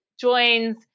joins